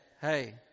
Hey